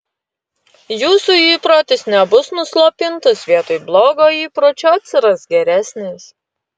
jūsų įprotis nebus nuslopintas vietoj blogo įpročio atsiras geresnis